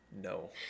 No